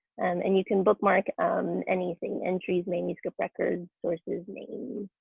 and you can bookmark anything entries, manuscript records, sources, names,